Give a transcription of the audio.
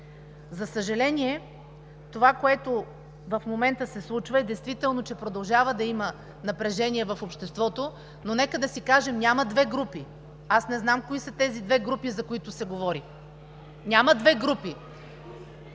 За съжаление, това, което в момента действително се случва, е, че продължава да има напрежение в обществото, но нека да си кажем, че няма две групи. Аз не знам кои са тези две групи, за които се говори?! (Шум и реплики